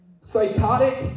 psychotic